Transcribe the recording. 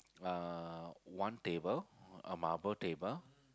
uh one table a marble table